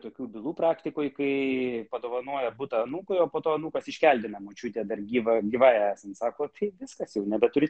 tokių bylų praktikoje kai padovanojo butą anūkui o po to anūkas iškeldina močiutė dar gyva gyva esant sako atseit viskas jau nebeturi